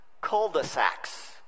cul-de-sacs